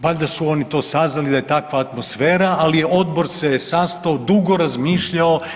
Valjda su oni to saznali da je takva atmosfera, ali Odbor se sastao, dugo razmišljao.